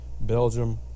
Belgium